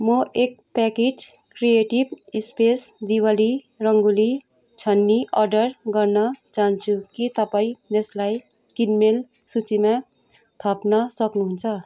म एक packet creative space Diwali rangoli चन्नी अर्डर गर्न चाहन्छु के तपाईँ यसलाई किनमेल सूचीमा थप्न सक्नुहुन्छ